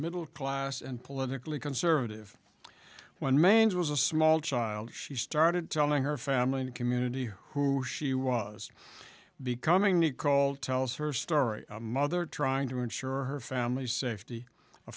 middle class and politically conservative when maine's was a small child she started telling her family and community who she was becoming nichol tells her story a mother trying to ensure her family's safety